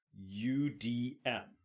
UDM